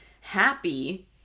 happy